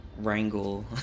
wrangle